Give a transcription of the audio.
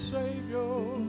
Savior